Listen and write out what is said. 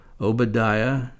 Obadiah